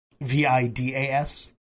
v-i-d-a-s